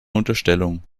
unterstellung